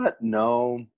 No